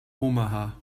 omaha